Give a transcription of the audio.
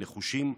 נחושים,